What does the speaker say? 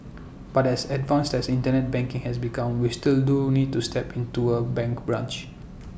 but as advanced as Internet banking has become we still do need to step into A bank branch